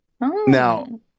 now